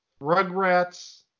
Rugrats